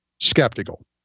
skeptical